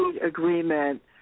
agreement